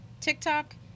TikTok